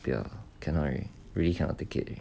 不要 cannot already really cannot take it already